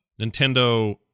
Nintendo